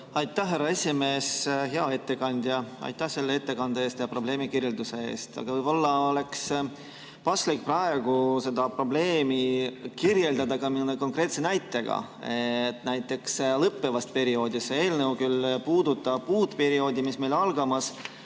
Aitäh, härra esimees! Hea ettekandja, aitäh selle ettekande eest ja probleemikirjelduse eest! Aga võib-olla oleks paslik praegu seda probleemi kirjeldada ka mõne konkreetse näitega lõppevast perioodist. See eelnõu puudutab küll uut perioodi, mis meil algamas